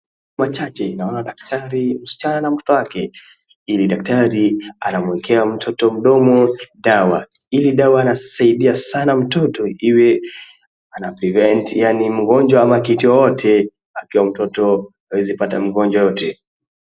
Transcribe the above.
Machache naona daktari, mschana na mtoto wake, ili daktari anamwekea mtoto mdomo dawa ili dawa inasaidia sana mtoto iwe ana prevent yaani mgonjwa ama kitu yoyote akiwa mtoto hawezi pata magonjwa yote.